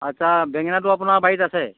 আচ্ছা বেঙেনাটো আপোনাৰ বাৰীত আছে